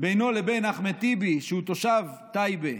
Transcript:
בינו לבין אחמד טיבי, שהוא תושב טייבה,